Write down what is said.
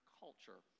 culture